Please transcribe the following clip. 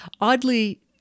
oddly